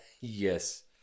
Yes